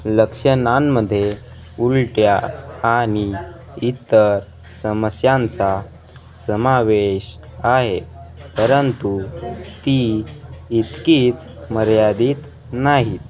लक्षणांमध्ये उलट्या आणि इतर समस्यांचा समावेश आहे परंतु ती इतकीच मर्यादित नाहीत